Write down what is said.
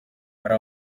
ari